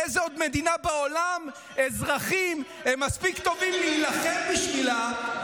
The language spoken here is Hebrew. באיזו עוד מדינה בעולם אזרחים הם מספיק טובים להילחם בשבילה,